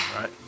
right